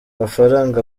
mafaranga